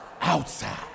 outside